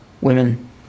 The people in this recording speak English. women